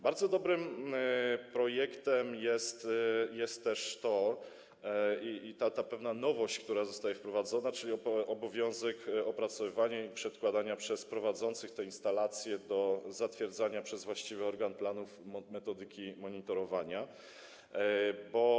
Bardzo dobrym projektem jest też ta pewna nowość, która zostaje wprowadzona, czyli obowiązek opracowywania i przedkładania przez prowadzących te instalacje do zatwierdzania przez właściwy organ planów metodyki monitorowania.